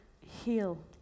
heal